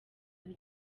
bye